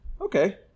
Okay